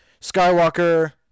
Skywalker